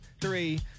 three